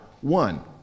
one